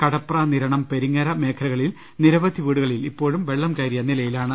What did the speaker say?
കടപ്ര നിരണം പെരിങ്ങര മേഖലകളിൽ നിരവധി വീടുകളിൽ ഇപ്പോഴും വെളളം കയറിയ നിലയിലാണ്